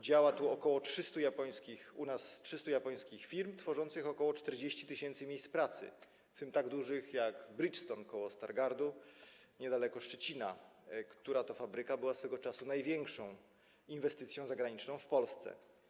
Działa u nas ok. 300 japońskich firm tworzących ok. 40 tys. miejsc pracy, w tym tak dużych jak Bridgestone koło Stargardu, niedaleko Szczecina, która to fabryka była swego czasu największą inwestycją zagraniczną w Polsce.